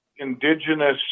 indigenous